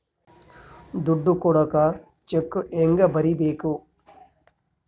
ದುಡ್ಡು ಕೊಡಾಕ ಚೆಕ್ ಹೆಂಗ ಬರೇಬೇಕು?